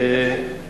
הם יודעים את זה?